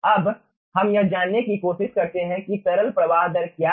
अब हम यह जानने की कोशिश करते हैं कि तरल प्रवाह दर क्या है